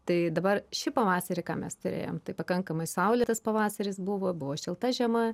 tai dabar šį pavasarį ką mes turėjom tai pakankamai saulėtas pavasaris buvo buvo šilta žiema